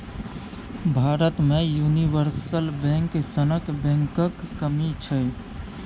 भारत मे universal bank सनक बैंकक कमी छै